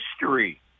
history